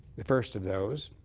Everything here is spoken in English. the first of those